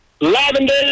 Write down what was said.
Lavender